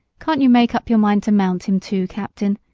can't you make up your mind to mount him, too, captain?